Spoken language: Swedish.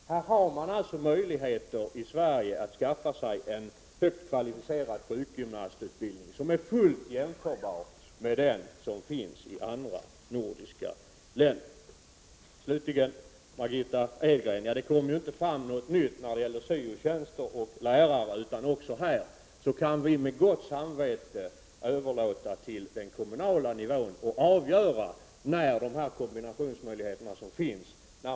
I Sverige har man möjligheter att skaffa sig en högt kvalificerad sjukgymnastutbildning, som är fullt jämförbar med den som finns i andra nordiska länder. Slutligen till Margitta Edgren: Det kom inte fram något nytt om syo-tjänster och lärare, utan även det här kan vi med gott samvete överlåta åt den kommunala nivån att avgöra, när man skall begagna sig av de kombinationsmöjligheter som finns.